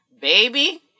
baby